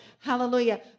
Hallelujah